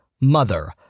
Mother